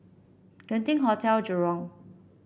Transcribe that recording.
Genting Hotel Jurong